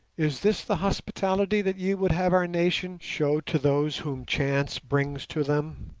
is this the hospitality that ye would have our nation show to those whom chance brings to them,